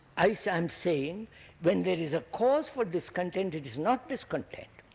i so i am saying when there is a cause for discontent it is not discontent.